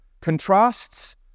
contrasts